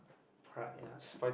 pride yes